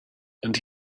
and